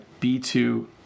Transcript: B2